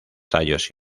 tallos